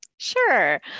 Sure